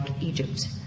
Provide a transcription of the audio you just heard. Egypt